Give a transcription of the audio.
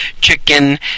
chicken